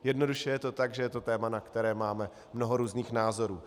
Jednoduše je to tak, že je to téma, na které máme mnoho různých názorů.